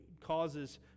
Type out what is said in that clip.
causes